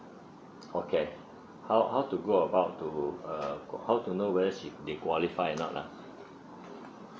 okay how how to go about to uh how to know whether sh~ they qualify or not lah